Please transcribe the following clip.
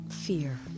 fear